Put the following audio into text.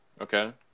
okay